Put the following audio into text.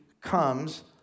comes